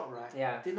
ya